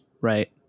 right